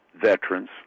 veterans